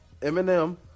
Eminem